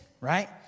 right